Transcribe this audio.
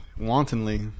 wantonly